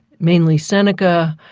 namely seneca,